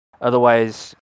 Otherwise